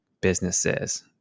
businesses